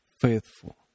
faithful